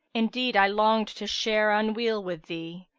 indeed i longed to share unweal with thee,